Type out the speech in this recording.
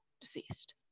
deceased